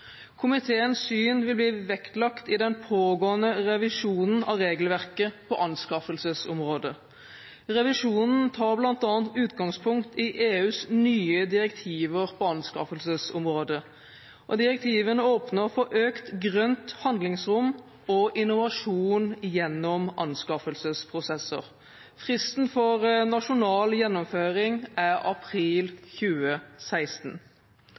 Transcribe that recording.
Komiteens syn vil bli vektlagt i den pågående revisjonen av regelverket på anskaffelsesområdet. Revisjonen tar bl.a. utgangspunkt i EUs nye direktiver på anskaffelsesområdet. Direktivene åpner for økt grønt handlingsrom og innovasjon gjennom anskaffelsesprosesser. Fristen for nasjonal gjennomføring er april 2016.